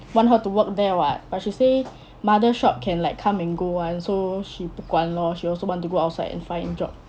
want her to work there [what] but she say mother shop can like come and go [one] so she 不管 lor she also want to go outside and find job